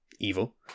evil